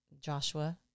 Joshua